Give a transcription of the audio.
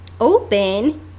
Open